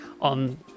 on